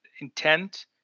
intent